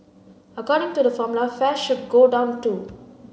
according to the formula fares should go down too